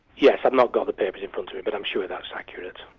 yes, i've not got the papers in front of me, but i'm sure that's accurate.